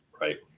right